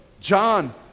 John